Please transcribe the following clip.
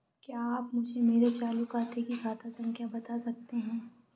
क्या आप मुझे मेरे चालू खाते की खाता संख्या बता सकते हैं?